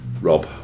Rob